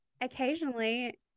occasionally